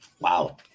Wow